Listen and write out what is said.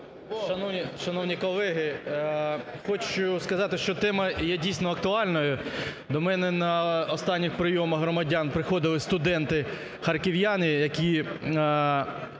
Шановні колеги, хочу сказати, що тема є дійсно актуальною. До мене на останніх прийомах громадян приходили студенти-харків'яни, які